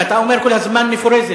ואתה אומר כל הזמן "מפורזת".